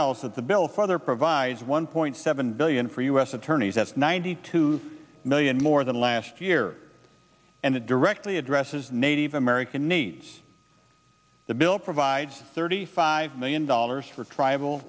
else that the bill for there provides one point seven billion for u s attorneys that's ninety two million more than last year and it directly addresses native american needs the bill provides thirty five million dollars for tribal